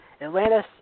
Atlantis